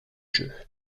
jeux